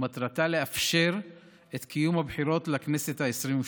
ומטרתה לאפשר את קיום הבחירות לכנסת העשרים-ושתיים.